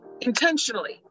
intentionally